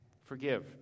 forgive